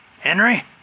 Henry